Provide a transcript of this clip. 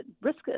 risk